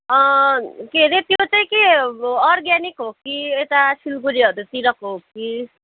के अरे त्यो चाहिँ के अर्गानिक हो कि यता सिलगडीहरूतिरको हो कि